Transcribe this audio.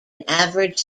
average